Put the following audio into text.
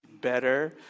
better